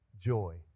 joy